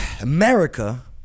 America